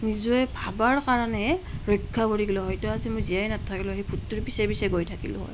নিজে ভবাৰ কাৰণে ৰক্ষা পৰি গ'লোঁ হয়তো আজি মই জীয়াই নাথাকিলো হয় সেই ভূতটোৰ পিছে পিছে গৈ থাকিলোঁ হয়